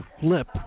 flip